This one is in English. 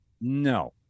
No